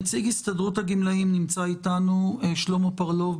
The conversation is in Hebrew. נציג הסתדרות הגמלאים, שלמה פרלוב,